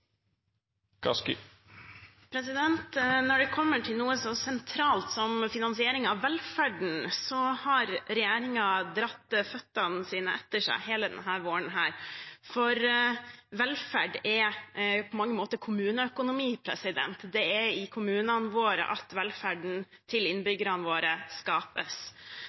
Når det kommer til noe så sentralt som finansiering av velferden, har regjeringen dratt beina etter seg hele denne våren, for velferd er på mange måter kommuneøkonomi, det er i kommunene våre at velferden til innbyggerne våre skapes.